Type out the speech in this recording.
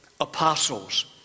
apostles